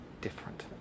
different